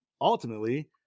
ultimately